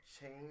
change